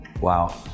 Wow